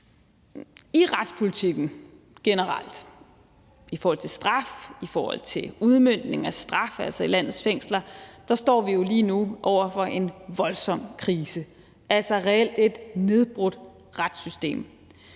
I retspolitikken generelt i forhold til straf, i forhold til udmøntning af straf i landets fængsler står vi lige nu over for en voldsom krise, altså reelt et nedbrudt retssystem,